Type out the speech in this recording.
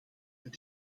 het